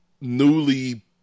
newly